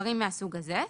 דברים מהסוג הזה.